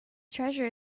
treasure